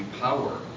power